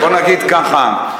בוא נגיד ככה,